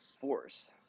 force